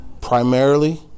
primarily